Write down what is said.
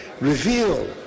reveal